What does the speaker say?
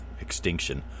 extinction